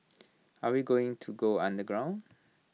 are we going to go underground